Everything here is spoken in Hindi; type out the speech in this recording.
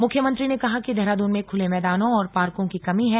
मुख्यमंत्री ने कहा कि देहरादून में खुले मैदानों और पार्कों की कमी है